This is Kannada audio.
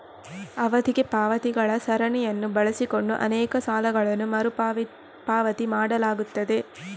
ಅವಧಿಗೆ ಪಾವತಿಗಳ ಸರಣಿಯನ್ನು ಬಳಸಿಕೊಂಡು ಅನೇಕ ಸಾಲಗಳನ್ನು ಮರು ಪಾವತಿ ಮಾಡಲಾಗುತ್ತದೆ